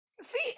See